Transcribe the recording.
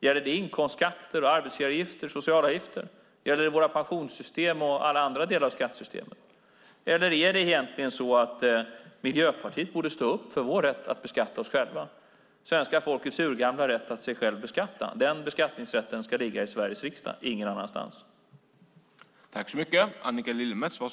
Gäller det inkomstskatter, arbetsgivaravgifter och sociala avgifter? Gäller det våra pensionssystem och alla andra delar av skattesystemet? Eller är det egentligen så att Miljöpartiet borde stå upp för vår rätt att beskatta oss själva? Svenska folkets urgamla rätt att sig själv beskatta - denna beskattningsrätt ska ligga i Sveriges riksdag, ingen annanstans.